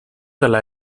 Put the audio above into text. dela